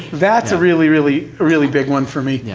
that's a really, really, really big one for me.